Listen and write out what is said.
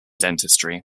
dentistry